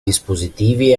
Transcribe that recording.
dispositivi